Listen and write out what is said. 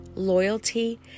loyalty